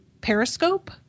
Periscope